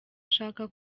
ashaka